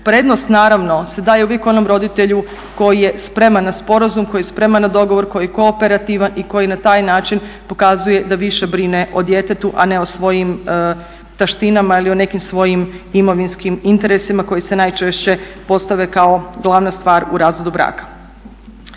Prednost naravno se daje uvijek onom roditelju koji je spreman na sporazum, koji je spreman na dogovor, koji je kooperativan i koji na taj način pokazuje da više brine o djetetu a ne o svojim taštinama ili o nekim svojim imovinskim interesima koji se najčešće postave kao glavna stvar u razvodu braka.